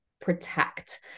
protect